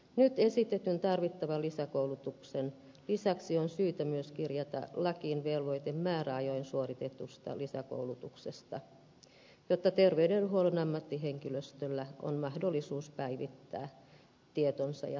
nyt esitetyn tarvittavan lisäkoulutuksen lisäksi on syytä myös kirjata lakiin velvoite määräajoin suoritetusta lisäkoulutuksesta jotta terveydenhuollon ammattihenkilöstöllä on mahdollisuus päivittää tietonsa ja taitonsa